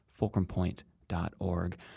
fulcrumpoint.org